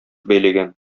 бәйләгән